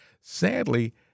sadly